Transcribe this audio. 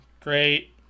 Great